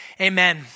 Amen